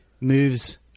moves